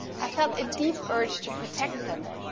i felt a deep urge to protect them,